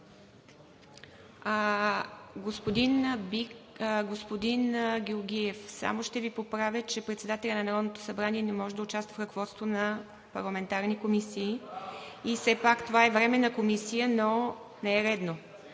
Господин Георгиев, само ще Ви поправя, че председателят на Народното събрание не може да участва в ръководството на парламентарни комисии. Все пак това е Временна комисия, но не е редно,